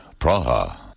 Praha